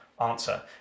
answer